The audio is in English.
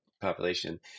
population